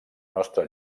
nostra